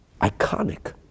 iconic